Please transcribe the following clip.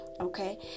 Okay